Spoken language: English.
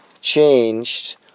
changed